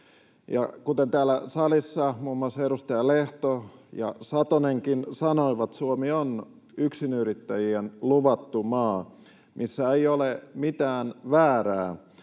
kuten täällä salissa muun muassa edustaja Lehto ja Satonenkin sanoivat, Suomi on yksinyrittäjien luvattu maa, missä ei ole mitään väärää,